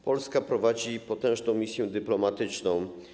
Polska prowadzi potężną misję dyplomatyczną.